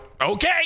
okay